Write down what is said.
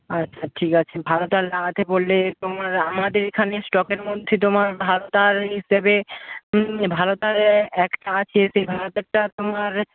আচ্ছা ঠিক আছে ভালো তার লাগাতে বললে তোমার আমাদের এখানে স্টকের মধ্যে তোমার ভালো তার হিসেবে ভালো তার একটা আছে সেই ভালো তারটা তোমার